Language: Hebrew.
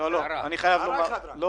אני